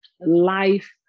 Life